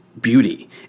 beauty